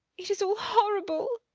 it is all horrible!